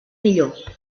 millor